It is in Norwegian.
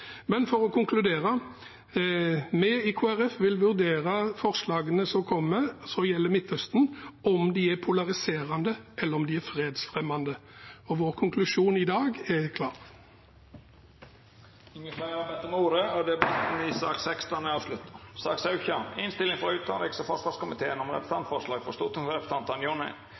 Men for å konkludere: Vi i Kristelig Folkeparti vil vurdere om forslagene som kommer som gjelder Midtøsten, er polariserende eller om de er fredsfremmende. Vår konklusjon i dag er klar. Fleire har ikkje bedt om ordet til sak nr. 16. Etter ynske frå utanriks- og forsvarskomiteen vil presidenten ordna debatten slik: 3 minutt til kvar partigruppe og